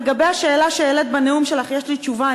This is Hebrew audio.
לגבי השאלה שהעלית בנאום שלך יש לי תשובה.